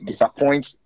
disappoint